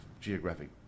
geographic